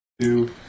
two